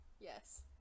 Yes